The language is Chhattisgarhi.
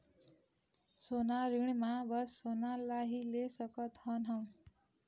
सोना ऋण मा बस सोना ला ही ले सकत हन हम?